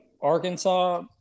Arkansas